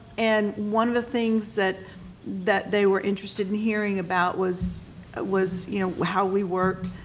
and one of the things that that they were interested in hearing about was was you know how we worked,